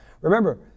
Remember